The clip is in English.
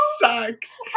sucks